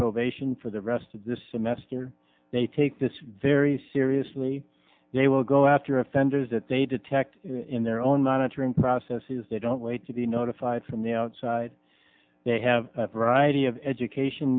probation for the rest of this semester they take this very seriously they will go after offenders that they detect in their own monitoring processes they don't wait to be notified from the outside they have writing of education